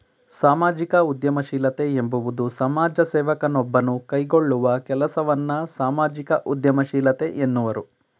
ಸಾಮಾಜಿಕ ಉದ್ಯಮಶೀಲತೆ ಎಂಬುವುದು ಸಮಾಜ ಸೇವಕ ನೊಬ್ಬನು ಕೈಗೊಳ್ಳುವ ಕೆಲಸವನ್ನ ಸಾಮಾಜಿಕ ಉದ್ಯಮಶೀಲತೆ ಎನ್ನುವರು